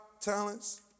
talents